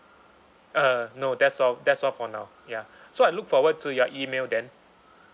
uh no that's all that's all for now ya so I look forward to your email then